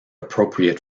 appropriate